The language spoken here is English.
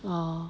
ah